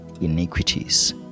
iniquities